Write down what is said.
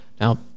Now